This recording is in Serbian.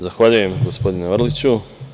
Zahvaljujem, gospodine Orliću.